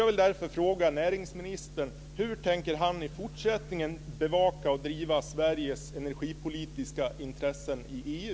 Jag vill därför fråga näringsministern hur han i fortsättningen tänker bevaka och driva Sveriges energipolitiska intressen i EU.